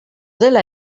dela